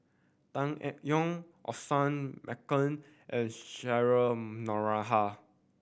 Tan Eng Yoon Osman Merican and Cheryl Noronha